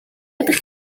ydych